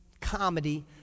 comedy